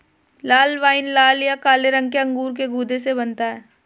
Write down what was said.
लाल wine लाल या काले रंग के अंगूर के गूदे से बनता है